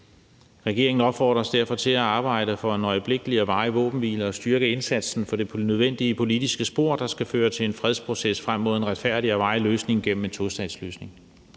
Regeringen opfordres derfor til at arbejde for en øjeblikkelig og varig våbenhvile og styrke indsatsen for det nødvendige politiske spor, der skal føre til en fredsproces frem mod en retfærdig og varig løsning gennem en tostatsløsning.«